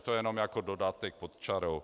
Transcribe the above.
To jen jako dodatek pod čarou.